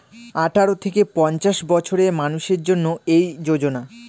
আঠারো থেকে পঞ্চাশ বছরের মানুষের জন্য এই যোজনা